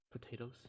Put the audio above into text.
Potatoes